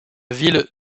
ville